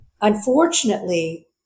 unfortunately